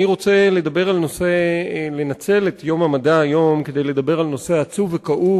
אני רוצה לנצל את יום המדע היום כדי לדבר על נושא עצוב וכאוב,